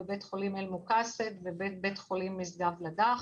בבית חולים אל מקסד ובית חולים משגב לדך.